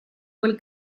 quel